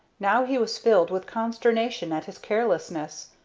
now he was filled with consternation at his carelessness.